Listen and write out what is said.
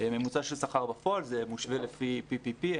ממוצע של שכר בפועל מושווה לפי PPP,